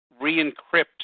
re-encrypt